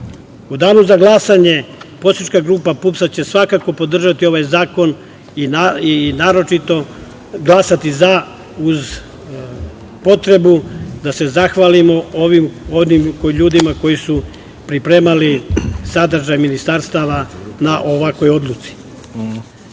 danu za glasanje poslanička grupa PUPS-a će svakako podržati ovaj zakon i naročito glasati za, uz potrebu da se zahvalim onim ljudima koji su pripremali sadržaj ministarstava na ovakvoj odluci.